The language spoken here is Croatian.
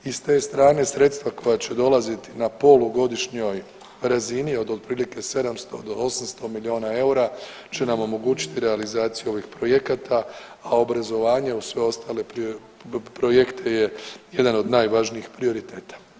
I s te strane sredstva koja će dolaziti na polugodišnjoj razini od otprilike 700 do 800 milijuna eura će nam omogućiti realizaciju ovih projekata, a obrazovanje u sve ostale projekte je jedan od najvažnijih prioriteta.